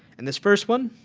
and this first one